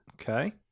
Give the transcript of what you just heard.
Okay